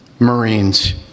Marines